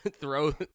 throw